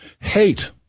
Hate